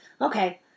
Okay